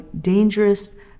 dangerous